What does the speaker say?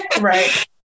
Right